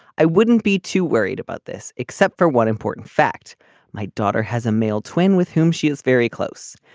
i wouldn't be too worried about this except for one important fact my daughter has a male twin with whom she is very close.